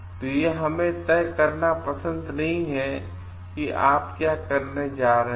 तो हमें यह तय करना पसंद नहीं है कि आप क्या करने जा रहे हैं